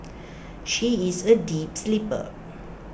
she is A deep sleeper